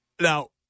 Now